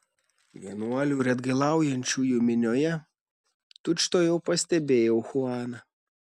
vienuolių ir atgailaujančiųjų minioje tučtuojau pastebėjau chuaną